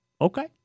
okay